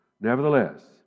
Nevertheless